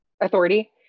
authority